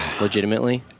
legitimately